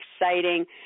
exciting